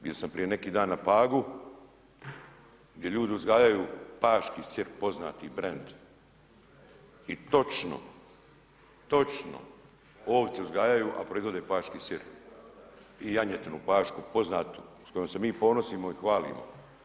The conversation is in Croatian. Bio sam prije neki dan na Pagu gdje ljudi uzgajaju paški sir, poznati brand i točno ovce uzgajaju, a proizvode paški sir i janjetinu pašku poznatu, s kojom se mi ponosimo i hvalimo.